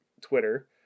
Twitter